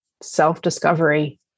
self-discovery